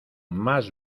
más